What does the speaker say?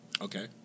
Okay